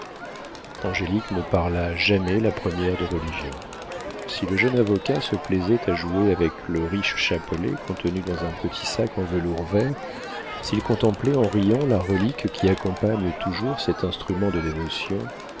angélique ne parla jamais la première de religion si le jeune avocat se plaisait à jouer avec le riche chapelet contenu dans un petit sac en velours vert s'il contemplait en riant la relique qui accompagne toujours cet instrument de dévotion